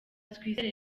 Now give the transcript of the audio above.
twizere